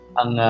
ang